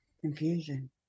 Confusion